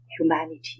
humanity